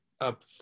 up